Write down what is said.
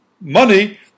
money